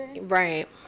Right